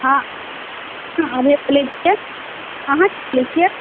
हँ हम आभा बोलै छियै अहाँ केँ छियै